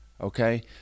Okay